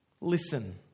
Listen